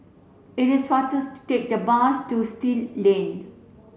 it is faster to take the bus to Still Lane